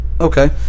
Okay